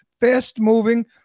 fast-moving